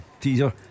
teaser